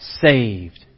saved